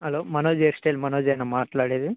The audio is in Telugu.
హలో మనోజ్ హెయిర్ స్టైల్ మనోజేనా మాట్లాడేది